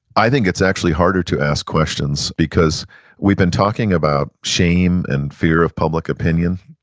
i think it's actually harder to ask questions because we've been talking about shame and fear of public opinion.